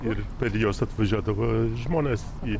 ir per juos atvažiuodavo žmonės į